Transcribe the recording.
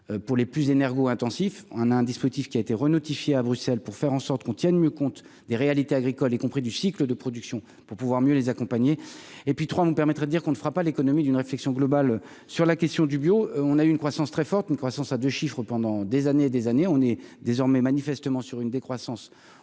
pour les plus énervés intensif, on a un dispositif qui a été Renault TIFIA à Bruxelles, pour faire en sorte qu'on tienne mieux compte des réalités agricoles, y compris du cycle de production pour pouvoir mieux les accompagner et puis 3 nous permettrait, dire qu'on ne fera pas l'économie d'une réflexion globale sur la question du bio on a une croissance très forte, une croissance à 2 chiffres pendant des années et des années, on est désormais manifestement sur une décroissance